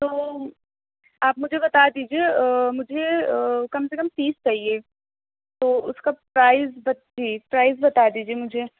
تو آپ مجھے بتا دیجیے مجھے کم سے کم تیس چاہیے تو اُس کا پرائز جی پرائز بتا دیجیے مجھے